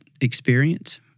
experience